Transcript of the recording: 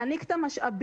להעניק את המשאבים.